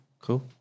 cool